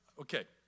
okay